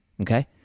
okay